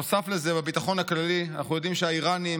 נוסף לזה, בביטחון הכללי אנחנו יודעים שהאיראנים